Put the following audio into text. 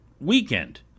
weekend